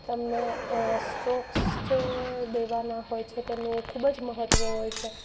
તમને સ્ટ્રોક્સ જે દેવાના હોય છે તેનું ખૂબ જ મહત્ત્વ હોય છે